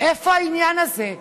איפה העניין הזה?